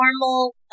normal